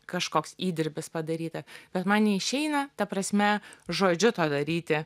kažkoks įdirbis padaryta bet man neišeina ta prasme žodžiu to daryti